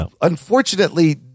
unfortunately